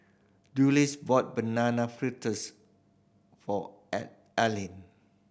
Dulce bought Banana Fritters for Alaina